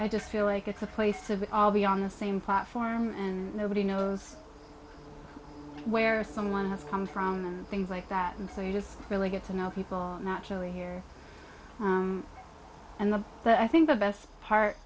i just feel like it's a place of it all be on the same platform and nobody knows where someone has come from and things like that and so you just really get to know people naturally here and them but i the best part